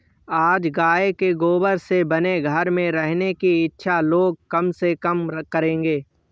आज गाय के गोबर से बने घर में रहने की इच्छा लोग कम से कम करेंगे